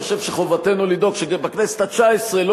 אני חושב שחובתנו לדאוג שגם בכנסת התשע-עשרה לא